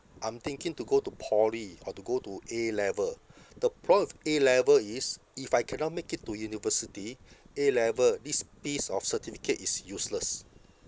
I'm thinking to go to poly or to go to A level the problem with A level is if I cannot make it to university A level this piece of certificate is useless